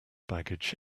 baggage